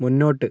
മുന്നോട്ട്